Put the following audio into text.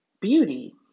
beauty